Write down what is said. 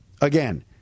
Again